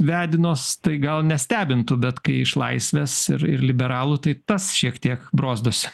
vedinos tai gal nestebintų bet kai iš laisvės ir ir liberalų tai tas šiek tiek brozdosi